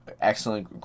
excellent